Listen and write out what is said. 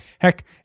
Heck